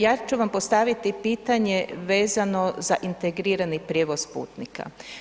Ja ću vam postaviti pitanje vezano za integrirani prijevoz putnika.